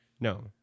No